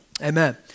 Amen